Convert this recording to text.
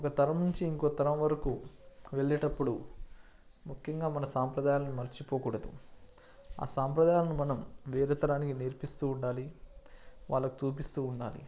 ఒక తరం నుంచి ఇంకో తరం వరకు వెళ్లేటప్పుడు ముఖ్యంగా మన సాంప్రదాయాలను మర్చిపోకూడదు ఆ సాంప్రదాయాలను మనం వేరే తరానికి నేర్పిస్తు ఉండాలి వాళ్ళకి చూపిస్తు ఉండాలి